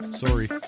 Sorry